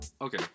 okay